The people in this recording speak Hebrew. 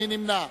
מי נמנע?